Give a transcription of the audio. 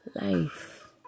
life